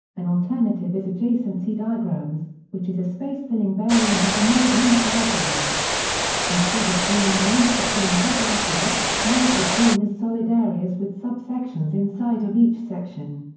an alternative is adjacency diagrams, which is a space-filling variant of the node-link diagram instead of drawing a link between hierarchies, nodes are drawn as solid areas with sub-sections inside of each section.